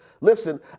listen